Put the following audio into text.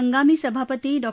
हंगामी सभापती डॉ